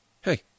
hey